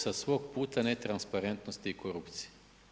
Sa svog puta netransparentnosti i korupcije.